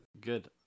Good